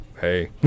Hey